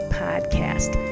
podcast